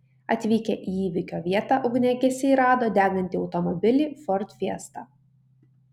atvykę į įvykio vietą ugniagesiai rado degantį automobilį ford fiesta